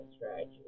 strategy